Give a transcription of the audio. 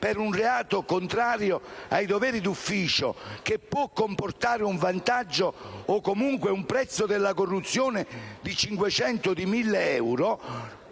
per un reato contrario ai doveri d'ufficio, che può comportare un vantaggio o comunque un prezzo della corruzione di 500 o di 1.000 euro,